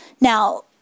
Now